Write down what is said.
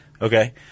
Okay